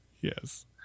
Yes